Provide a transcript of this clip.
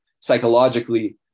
psychologically